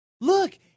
Look